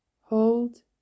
hold